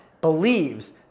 believes